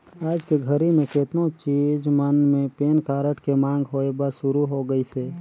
आयज के घरी मे केतनो चीच मन मे पेन कारड के मांग होय बर सुरू हो गइसे